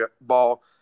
ball